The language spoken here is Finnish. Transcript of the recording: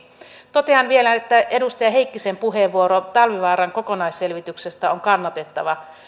totean vielä että edustaja heikkisen puheenvuoro talvivaaran kokonaisselvityksestä on kannatettava